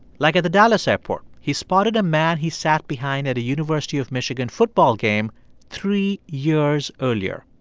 like at the dallas airport, he spotted a man he sat behind at a university of michigan football game three years earlier.